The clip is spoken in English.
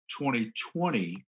2020